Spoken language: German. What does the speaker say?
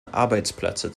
arbeitsplätze